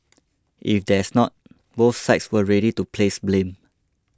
if there's not both sides were ready to place blame